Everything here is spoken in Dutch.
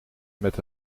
met